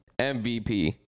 MVP